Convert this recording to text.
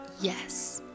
Yes